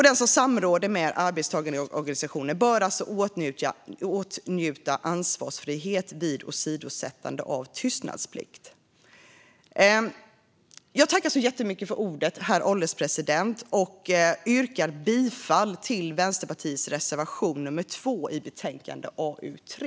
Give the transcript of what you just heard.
Den som samråder med en arbetstagarorganisation bör alltså åtnjuta ansvarsfrihet vid åsidosättande av tystnadsplikt. Herr ålderspresident! Jag yrkar bifall till Vänsterpartiets reservation nummer 2 i betänkande AU3.